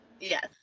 yes